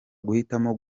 guhitamo